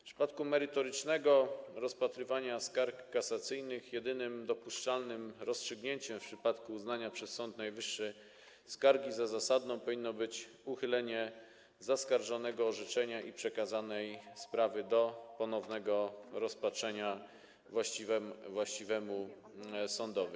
W przypadku merytorycznego rozpatrywania skarg kasacyjnych jedynym dopuszczalnym rozstrzygnięciem w przypadku uznania przez Sąd Najwyższy skargi za zasadną powinno być uchylenie zaskarżonego orzeczenia i przekazanie sprawy do ponownego rozpatrzenia właściwemu sądowi.